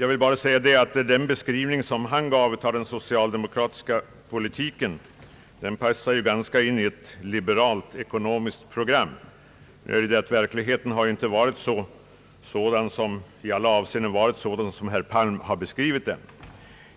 Jag vill bara säga att den beskrivning som han gav av den socialdemokratiska politiken passar ganska bra in i ett liberalt ekonomiskt program. Verkligheten har ju inte i alla avseenden varit sådan som herr Palm har beskrivit den.